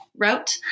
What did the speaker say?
wrote